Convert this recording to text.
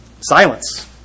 Silence